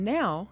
now